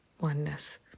oneness